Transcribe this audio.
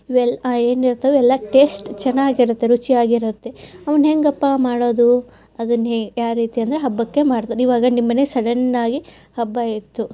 ಇವೆಲ್ಲ ಏನಿರ್ತವೆ ಎಲ್ಲ ಟೇಸ್ಟ್ ಚೆನ್ನಾಗಿರುತ್ತೆ ರುಚಿಯಾಗಿರುತ್ತೆ ಅವ್ನು ಹೇಗಪ್ಪಾ ಮಾಡೋದು ಅದನ್ನ ಹೇ ಯಾವ ರೀತಿ ಅಂದರೆ ಹಬ್ಬಕ್ಕೆ ಮಾಡೋದು ಈವಾಗ ನಿಮ್ಮ ಮನೆಲಿ ಸಡನ್ ಆಗಿ ಹಬ್ಬ ಇತ್ತು